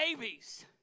babies